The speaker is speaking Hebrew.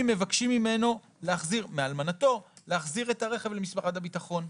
מבקשים מאלמנתו להחזיר את הרכב למשרד הביטחון.